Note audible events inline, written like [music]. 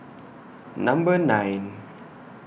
Number nine [noise]